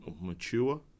Mature